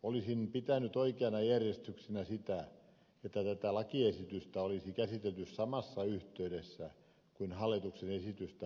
olisin pitänyt oikeana järjestyksenä sitä että tätä lakiesitystä olisi käsitelty samassa yhteydessä kuin hallituksen esitystä postilaiksi